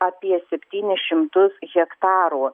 apie septynis šimtus hektarų